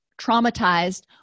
traumatized